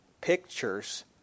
pictures